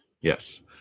Yes